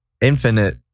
Infinite